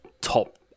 top